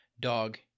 dog